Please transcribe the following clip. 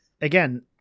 Again